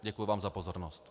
Děkuji vám za pozornost.